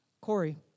Corey